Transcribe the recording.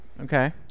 okay